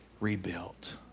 rebuilt